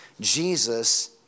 Jesus